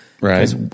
Right